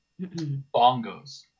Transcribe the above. Bongos